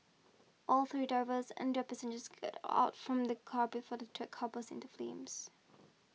all three drivers and their passengers got out from the car before the third car burst into flames